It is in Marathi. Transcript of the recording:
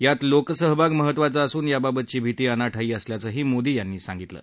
यात लोकसहभाग महत्वाचा असून याबाबतची भिती अनाठायी असल्याचंही मोदी यांनी म्हटलं आहे